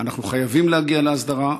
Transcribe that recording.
אנחנו חייבים להגיע להסדרה,